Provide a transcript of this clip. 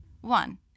One